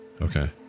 Okay